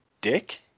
dick